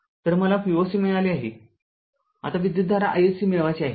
तर मला V o c मिळाले आहे आता विद्युतधारा iSC मिळवायची आहे